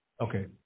okay